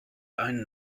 einen